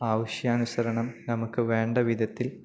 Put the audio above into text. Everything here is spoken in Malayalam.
ആവശ്യാനുസരണം നമുക്കു വേണ്ട വിധത്തിൽ